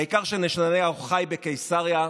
העיקר שנתניהו חי בקיסריה,